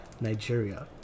Nigeria